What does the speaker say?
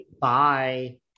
Bye